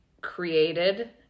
created